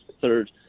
third